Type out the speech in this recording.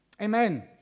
Amen